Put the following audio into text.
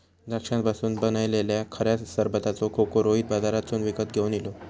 द्राक्षांपासून बनयलल्या खऱ्या सरबताचो खोको रोहित बाजारातसून विकत घेवन इलो